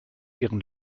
ihren